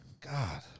God